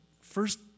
first